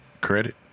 Credit